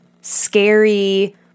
scary